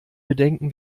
bedenken